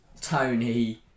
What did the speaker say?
Tony